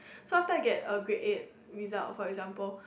so after I get a grade eight result for example